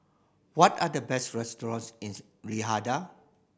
what are the best restaurants in Riyadh